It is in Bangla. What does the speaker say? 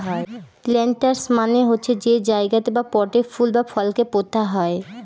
প্লান্টার্স মানে হচ্ছে যে জায়গাতে বা পটে ফুল বা ফলকে পোতা হয়